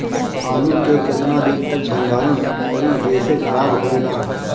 आलू के केतना दिन तक भंडारण करी जेसे खराब होएला?